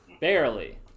Barely